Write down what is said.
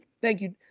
thank you.